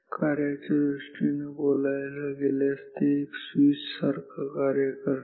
कार्याच्या दृष्टीने बोलायला गेल्यास ते का स्विच सारखं कार्य करते